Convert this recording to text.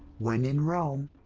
when in rome.